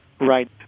Right